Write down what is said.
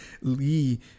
lee